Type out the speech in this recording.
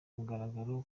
mugaragaro